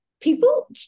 people